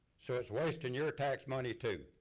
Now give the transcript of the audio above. so it's wasting your tax money too.